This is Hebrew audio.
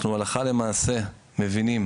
אנחנו הלכה למעשה מבינים